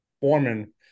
Foreman